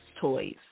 toys